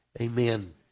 Amen